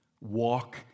Walk